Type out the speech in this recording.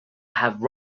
have